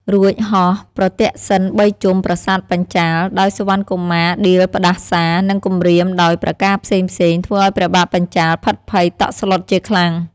រួចហោះប្រទក្សិណបីជុំប្រាសាទបញ្ចាល៍ ដោយសុវណ្ណកុមារដៀលផ្តាសារ និងគំរាមដោយប្រការផ្សេងៗ ធ្វើឱ្យព្រះបាទបញ្ចាល៍ភិតភ័យតក់ស្លុតជាខ្លាំង។